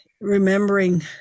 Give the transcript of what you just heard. remembering